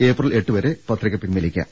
April എട്ട് വരെ പത്രിക പിൻവലിക്കാം